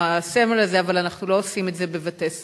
הסמל הזה, אבל אנחנו לא עושים את זה בבתי-ספר.